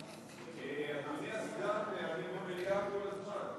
אדוני הסגן, אני במליאה כל הזמן.